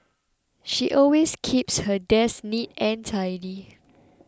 she always keeps her desk neat and tidy